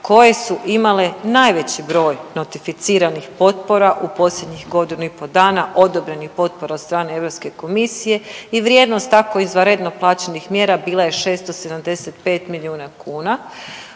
koje su imale najveći broj notificiranih potpora u posljednjih godinu i pol dana, odobrenih potpora od strane Europske komisije i vrijednost tako izvanredno plaćenih mjera bila je 675 milijuna kuna.